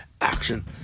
Action